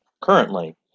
currently